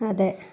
അതെ